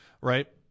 Right